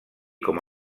com